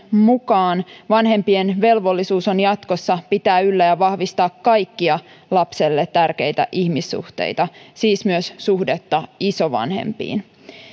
mukaan vanhempien velvollisuus on jatkossa pitää yllä ja vahvistaa kaikkia lapselle tärkeitä ihmissuhteita siis myös suhdetta isovanhempiin